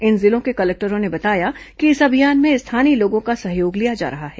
इन जिलों के कलेक्टरों ने बताया कि इस अभियान में स्थानीय लोगों का सहयोग लिया जा रहा है